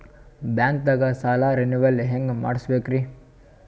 ಬ್ಯಾಂಕ್ದಾಗ ಸಾಲ ರೇನೆವಲ್ ಹೆಂಗ್ ಮಾಡ್ಸಬೇಕರಿ?